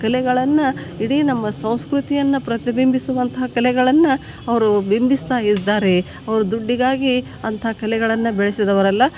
ಕಲೆಗಳನ್ನು ಇಡೀ ನಮ್ಮ ಸಂಸ್ಕೃತಿಯನ್ನು ಪ್ರತಿಬಿಂಬಿಸುವಂಥ ಕಲೆಗಳನ್ನು ಅವರು ಬಿಂಬಿಸ್ತಾ ಇದ್ದಾರೆ ಅವ್ರ ದುಡ್ಡಿಗಾಗಿ ಅಂಥ ಕಲೆಗಳನ್ನು ಬೆಳೆಸಿದವರಲ್ಲ